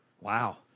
Wow